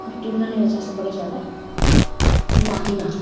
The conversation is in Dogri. रुट्टी बनाने बिच्च अस बड़े जैदा माहिर आं